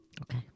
Okay